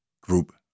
group